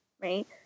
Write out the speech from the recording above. right